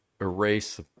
erase